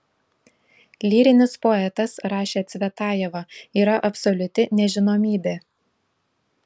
lyrinis poetas rašė cvetajeva yra absoliuti nežinomybė